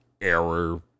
error